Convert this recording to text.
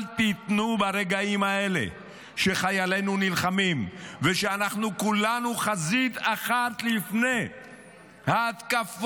ברגעים האלה שחיילינו נלחמים ושאנחנו כולנו חזית אחת לפני ההתקפות